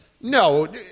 no